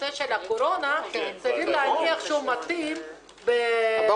סביר להניח שהנושא של הקורונה מתאים --- נכון.